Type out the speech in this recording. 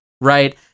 right